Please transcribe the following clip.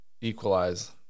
equalize